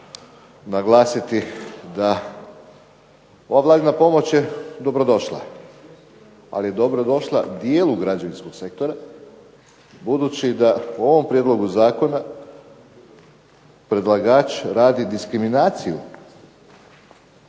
naglasiti da ova Vladina pomoć je dobrodošla, ali je dobrodošla dijelu građevinskog sektora budući da u ovom Prijedlogu zakona predlagač radi diskriminaciju